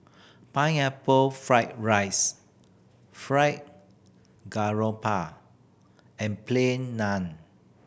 Pineapple Fried rice Fried Garoupa and Plain Naan